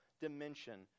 dimension